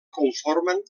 conformen